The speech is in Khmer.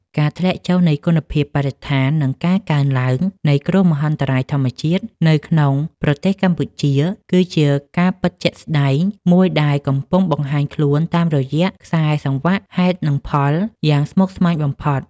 ការធ្លាក់ចុះនៃគុណភាពបរិស្ថាន និងការកើនឡើងនៃគ្រោះមហន្តរាយធម្មជាតិនៅក្នុងប្រទេសកម្ពុជា គឺជាការពិតជាក់ស្តែងមួយដែលកំពុងបង្ហាញខ្លួនតាមរយៈ ខ្សែសង្វាក់ហេតុនិងផល យ៉ាងស្មុគស្មាញបំផុត។